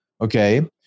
Okay